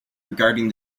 regarding